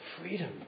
Freedom